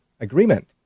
agreement